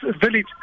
village